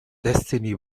destiny